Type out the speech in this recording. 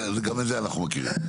גם את זה אנחנו מכירים.